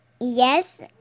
Yes